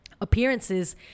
appearances